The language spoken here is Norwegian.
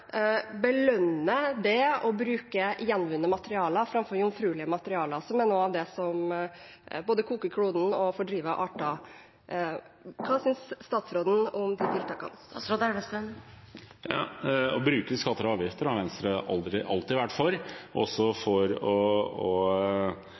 bruke gjenvunne materialer framfor jomfruelige materialer, som er noe av det som både koker kloden og fordriver arter. Hva synes statsråden om de tiltakene? Å bruke skatter og avgifter har Venstre alltid vært for, også